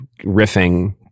riffing